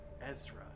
Ezra